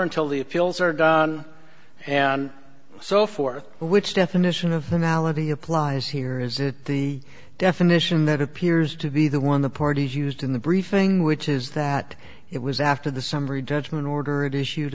until the appeals are don and so forth which definition of anality applies here is it the definition that appears to be the one the parties used in the briefing which is that it was after the summary judgment order